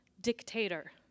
dictator